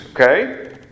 Okay